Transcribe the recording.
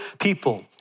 people